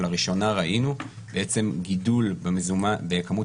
ולראשונה ראינו בעצם גידול בכמות